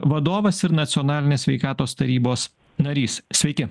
vadovas ir nacionalinės sveikatos tarybos narys sveiki